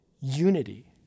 unity